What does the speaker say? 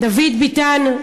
דוד ביטן,